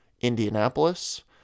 Indianapolis